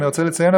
אני רוצה לציין,